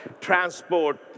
transport